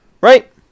Right